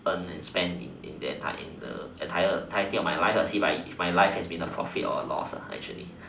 earned and spend in the entire in the entire entirely of my life lah has my life been a profit or a loss lah actually